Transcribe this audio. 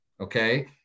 Okay